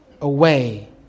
away